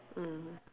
mm